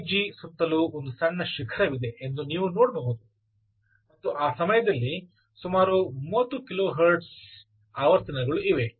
3G ಸುತ್ತಲೂ ಒಂದು ಸಣ್ಣ ಶಿಖರವಿದೆ ಎಂದು ನೀವು ನೋಡಬಹುದು ಮತ್ತು ಆ ಸಮಯದಲ್ಲಿ ಸುಮಾರು 30 ಕಿಲೋಹರ್ಟ್ಜ್ ಆವರ್ತನಗಳು ಇವೆ